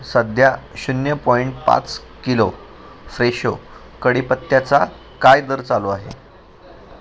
सध्या शून्य पॉईंट पाच किलो फ्रेशो कडीपत्याचा काय दर चालू आहे